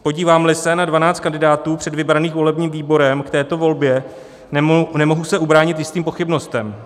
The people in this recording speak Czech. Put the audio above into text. Podívámeli se na 12 kandidátů předvybraných volebním výborem k této volbě, nemohu se ubránit jistým pochybnostem.